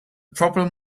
problem